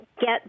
get